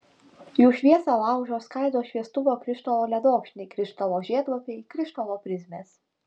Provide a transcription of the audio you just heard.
jų šviesą laužo skaido šviestuvo krištolo ledokšniai krištolo žiedlapiai krištolo prizmės